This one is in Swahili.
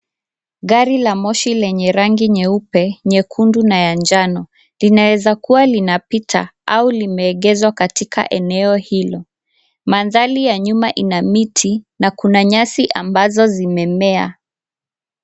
Gari la moshi lenye rangi nyeupe, nyekundu, na ya njano linaweza kuwa linapita ama lime egezwa katika eno hilo. Mandhari ya nyuma ina miti na kuna nyasi ambazo zimemea.